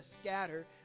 scatter